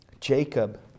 Jacob